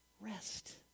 Rest